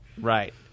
Right